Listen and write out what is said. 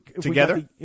together